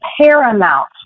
paramount